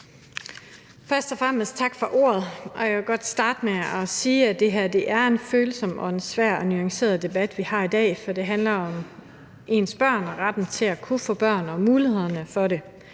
Først og fremmest tak for ordet. Jeg vil godt starte med at sige, at det er en følsom, svær og nuanceret debat, vi har i dag, for det handler om ens børn – om retten til at kunne få børn og om mulighederne for det.